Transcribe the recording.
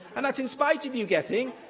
and that's in spite of you getting